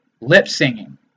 lip-singing